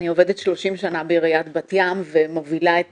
אני עובדת 30 שנה בעיריית בת ים ומובילה את